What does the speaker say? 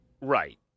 Right